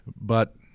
but-